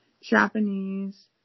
Japanese